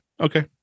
Okay